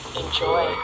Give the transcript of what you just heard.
enjoy